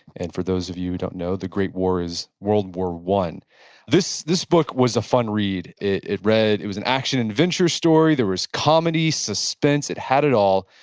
and for those of you who don't know, the great war is world war i this this book was a fun read, it it read, it was an action adventure story, there was comedy, suspense, it had it all.